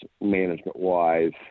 management-wise